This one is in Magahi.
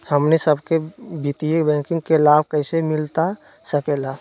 हमनी सबके वित्तीय बैंकिंग के लाभ कैसे मिलता सके ला?